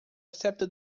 excepto